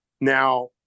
Now